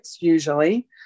usually